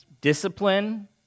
discipline